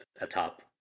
atop